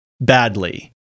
badly